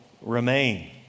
remain